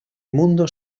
mundo